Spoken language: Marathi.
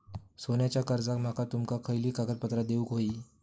सोन्याच्या कर्जाक माका तुमका खयली कागदपत्रा देऊक व्हयी?